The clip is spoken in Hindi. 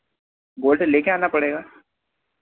गोल्ड ले कर आना पड़ेगा